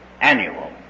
annual